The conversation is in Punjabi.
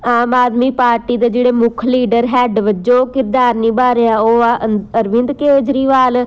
ਆਮ ਆਦਮੀ ਪਾਰਟੀ ਦੇ ਜਿਹੜੇ ਮੁੱਖ ਲੀਡਰ ਹੈੱਡ ਵਜੋਂ ਕਿਰਦਾਰ ਨਿਭਾ ਰਿਹਾ ਉਹ ਆ ਅ ਅਰਵਿੰਦ ਕੇਜਰੀਵਾਲ